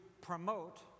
promote